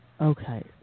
Okay